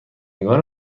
نگار